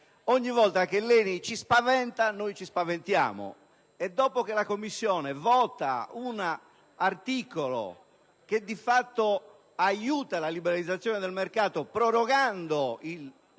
Ogni volta che l'ENI ci spaventa, noi ci spaventiamo e, dopo che la Commissione vota un articolo che di fatto aiuta la liberalizzazione del mercato prorogando i